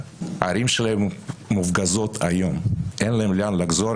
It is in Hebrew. הערים שלהן מופגזות היום, אין להן לאן לחזור.